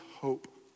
hope